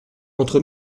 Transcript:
entre